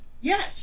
Yes